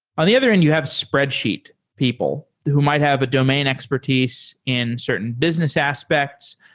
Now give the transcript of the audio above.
on the other end, you have spreadsheet people who might have a domain expertise in certain business aspects,